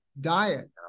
diet